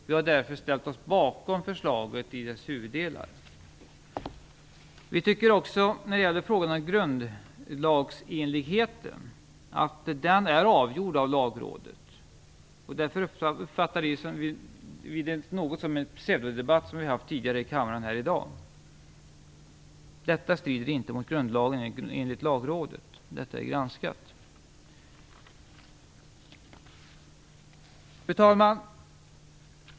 Vi har därför ställt oss bakom förslaget i dess huvuddelar. När det gäller frågan om grundlagsenligheten anser vi att den är avgjord av Lagrådet. Därför uppfattar vi den debatt som har förts tidigare här i kammaren i dag som något av en pseudodebatt. Detta förslag strider enligt Lagrådet inte mot grundlagen, och det är granskat. Fru talman!